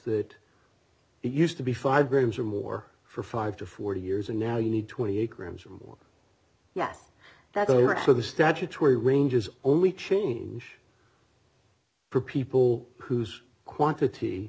that it used to be five grams or more for five to forty years and now you need twenty eight grams or more yes that's all right for the statutory ranges only change for people whose quantity